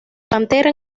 pantera